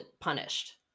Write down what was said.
punished